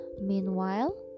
Meanwhile